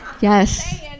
Yes